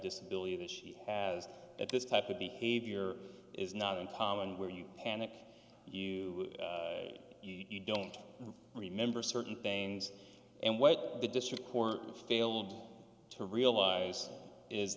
disability that she has at this type of behavior is not uncommon where you panic you you don't remember certain bangs and what the district court failed to realize is